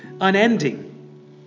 unending